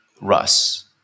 Russ